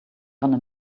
gonna